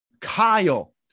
Kyle